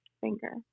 finger